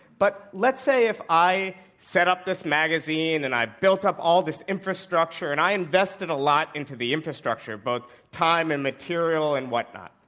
but let's say if i set up this magazine and i've built up all this infrastructure, and i invested a lot into the infrastructure, both time and material and whatnot,